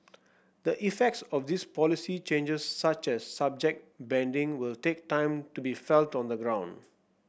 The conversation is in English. the effects of these policy changes such as subject banding will take time to be felt on the ground